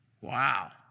Wow